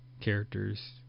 characters